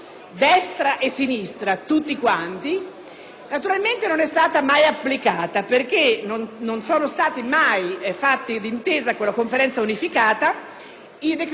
naturalmente non è stata mai applicata, perché non sono mai stati emanati, d'intesa con la Conferenza unificata, i decreti attuativi per poterla rendere operativa.